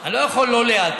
אני לא יכול לא להיעתר.